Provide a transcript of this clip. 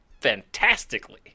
fantastically